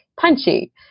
punchy